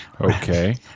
Okay